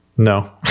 No